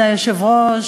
זה שקר וכזב,